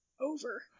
over